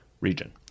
region